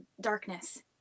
darkness